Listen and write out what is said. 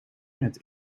het